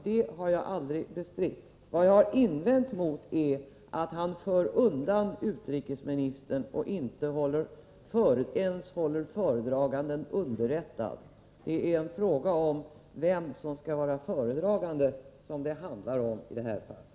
Det har jag aldrig bestritt, fru talman. Det jag invänt mot är att han för undan utrikesministern och inte ens håller föredraganden underrättad. Det är frågan om vem som skall vara föredragande som det handlar om i det här fallet.